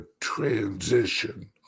transition